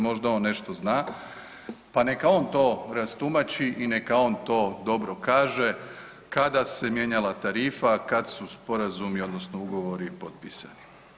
Možda on nešto zna, pa neka on to rastumači i neka on to dobro kaže kada se mijenjala tarifa, kad su sporazumi odnosno ugovori potpisani.